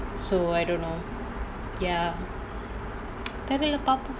so I don't know ya தெரியல பார்ப்போம்:theriyala paarpom